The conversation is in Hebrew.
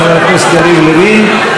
חבר הכנסת יריב לוין,